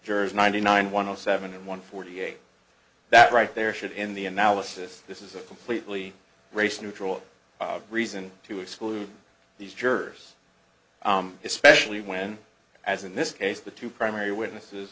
jurors ninety nine one zero seven and one forty eight that right there should in the analysis this is a completely race neutral reason to exclude these jurors especially when as in this case the two primary witnesses